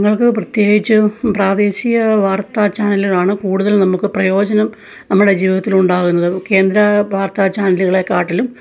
ഞങ്ങൾക്ക് പ്രത്യേകിച്ച് പ്രാദേശിക വാർത്ത ചാനലുകളാണ് കൂടുതൽ നമുക്ക് പ്രയോജനം നമ്മുടെ ജീവിതത്തിലുണ്ടാകുന്നത് കേന്ദ്ര വാർത്ത ചാനലുകളെ കാട്ടിലും